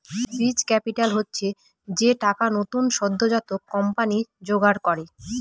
বীজ ক্যাপিটাল হচ্ছে যে টাকা নতুন সদ্যোজাত কোম্পানি জোগাড় করে